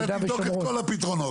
אני אבדוק את כל הפתרונות.